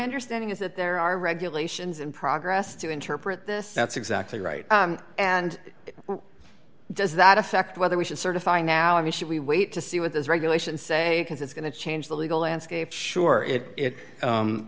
understanding is that there are regulations in progress to interpret this that's exactly right and does that affect whether we should certify now and should we wait to see what those regulations say because it's going to change the legal landscape sure it it